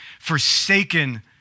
forsaken